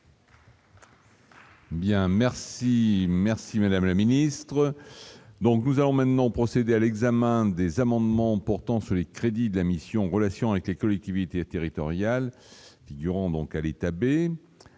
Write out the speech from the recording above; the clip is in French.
merci, madame la ministre, donc nous allons maintenant procéder à l'examen des amendements portant sur les crédits de la mission, relations avec les collectivités territoriales figurant donc à l'État B.